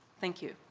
thank you.